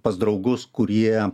pas draugus kurie